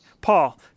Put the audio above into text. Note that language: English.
Paul